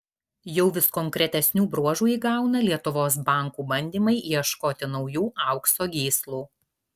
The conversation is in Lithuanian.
jau vis konkretesnių bruožų įgauna lietuvos bankų bandymai ieškoti naujų aukso gyslų